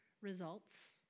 results